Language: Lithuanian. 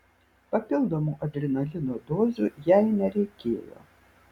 papildomų adrenalino dozių jai nereikėjo